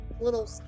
little